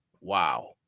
Wow